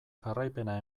jarraipena